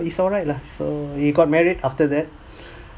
he's alright lah so he got married after that